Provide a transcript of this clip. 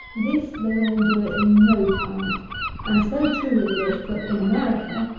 this they will endure in no climate and so true is this, that, in america,